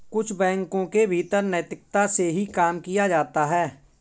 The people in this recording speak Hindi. कुछ बैंकों के भीतर नैतिकता से ही काम किया जाता है